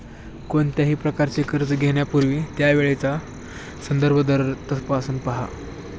कोणत्याही प्रकारचे कर्ज घेण्यापूर्वी त्यावेळचा संदर्भ दर तपासून पहा